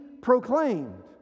proclaimed